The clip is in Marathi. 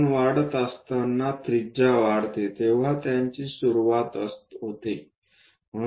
कोन वाढत असताना त्रिज्या वाढते तेव्हा त्यांची सुरूवात होते